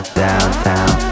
downtown